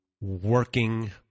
working